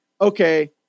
okay